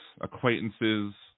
acquaintances